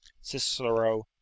cicero